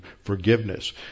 forgiveness